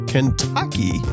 Kentucky